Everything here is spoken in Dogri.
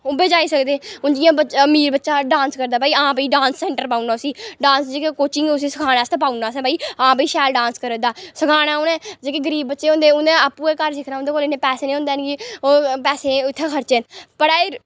ओह् बी जाई सकदे हून जि'यां अमीर बच्चा डांस करदा भाई आं डांस आं डांस सेंटर पाउड़ना उसी डांस जेह्के कोचिंग उसी सखानी आस्तै पाउड़ना असें भाई आं भाई शैल डांस करा दा सखाना उ'नें जेह्की गरीब बच्चें होंदे उ'नें आपूं गै घर सिखना उं'दे कोल इ'न्नें पैसें नेई होंदे कि ओह् पैसे उ'त्थें खर्चन पढ़ाई